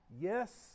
yes